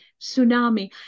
tsunami